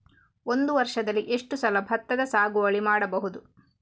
ಒಂದು ವರ್ಷದಲ್ಲಿ ಎಷ್ಟು ಸಲ ಭತ್ತದ ಸಾಗುವಳಿ ಮಾಡಬಹುದು?